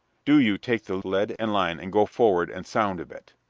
do you take the lead and line and go forward and sound a bit.